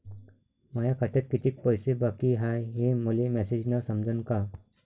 माया खात्यात कितीक पैसे बाकी हाय हे मले मॅसेजन समजनं का?